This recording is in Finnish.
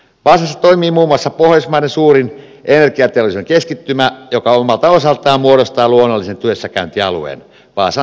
vaasassa toimii muun muassa pohjoismaiden suurin energiateollisuuden keskittymä joka omalta osaltaan muodostaa luonnollisen työssäkäyntialueen vaasaa ympäröivälle alueelle